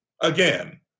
Again